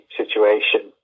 situation